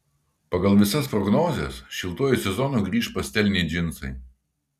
pagal visas prognozes šiltuoju sezonu grįš pasteliniai džinsai